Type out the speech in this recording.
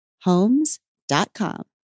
Homes.com